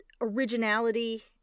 originality